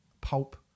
Pulp